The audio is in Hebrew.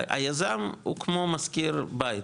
היזם הוא כמו משכיר בית,